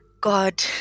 God